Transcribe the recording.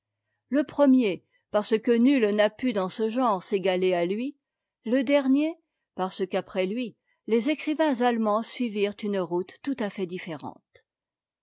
le premier parce que nul n'a pu dans ce genre s'égaler à lui le dernier parce qu'après lui les écrivains allemands suivirent une route tout à fait différente